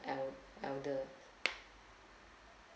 el~ elder